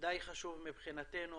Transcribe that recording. משרד די חשוב מבחינתנו.